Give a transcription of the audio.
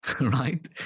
right